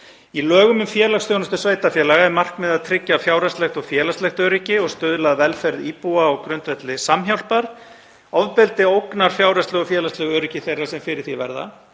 Í lögum um félagsþjónustu sveitarfélaga er markmiðið að tryggja fjárhagslegt og félagslegt öryggi og stuðla að velferð íbúa á grundvelli samhjálpar. Ofbeldi ógnar fjárhagslegu og félagslegu öryggi þeirra sem fyrir því verða